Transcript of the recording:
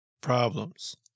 problems